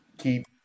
keep